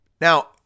Now